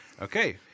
Okay